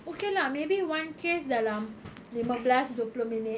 okay lah maybe one case dalam lima belas dua puluh minit